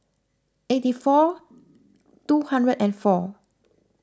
eighty four two hundred and four